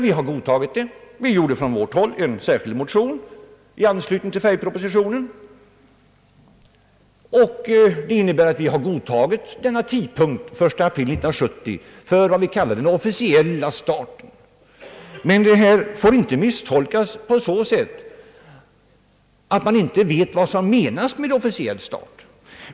Vi har godtagit detta. Vi väckte från vårt håll en särskild motion i anslutning till propositionen om färgtelevision, som innebar att vi godtagit tidpunkten den 1 april 1970 för vad vi kallar den »officiella starten». Men detta får inte misstolkas på så sätt, att man inte vet vad som menas med officiell start.